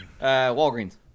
Walgreens